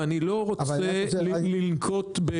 ואני לא רוצה לנקוט,